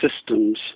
systems